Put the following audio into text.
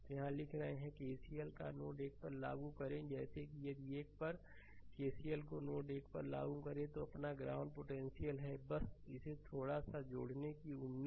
तो यहाँ लिख रहे हैं कि केसीएल को नोड 1 पर लागू करें जैसे कि यदि 1 पर केसीएल को नोड पर लागू करें तो यह अपना ग्राउंड पोटेंशियल है बस इसे थोड़ा सा जोड़ने की उम्मीद है